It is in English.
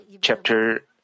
Chapter